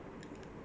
!yay!